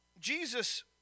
Jesus